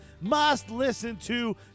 must-listen-to